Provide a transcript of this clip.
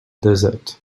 desert